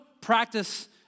practice